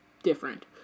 different